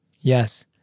yes